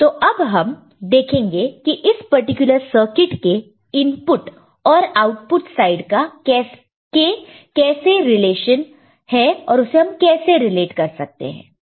तो अब हम देखेंगे की इस पट्टीकिलर सर्किट के इनपुट और आउटपुट साइड को कैसे रिलेट कर सकते हैं